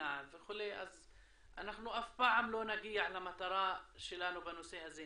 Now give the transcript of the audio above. אז אנחנו אף פעם לא נגיע למטרה שלנו בנושא הזה.